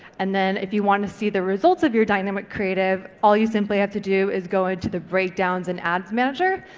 and then if you want to see the results of your dynamic creative, all you simply have to do is go into the breakdowns and ads manager,